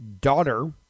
daughter